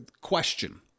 question